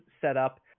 setup